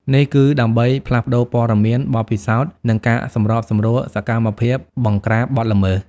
នេះគឺដើម្បីផ្លាស់ប្តូរព័ត៌មាន បទពិសោធន៍ និងការសម្របសម្រួលសកម្មភាពបង្ក្រាបបទល្មើស។